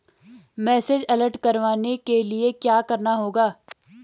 Message alert करवाने के लिए क्या करना होगा?